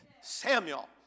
Samuel